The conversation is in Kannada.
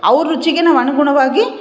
ಅವ್ರ ರುಚಿಗೆ ನಾವು ಅನುಗುಣವಾಗಿ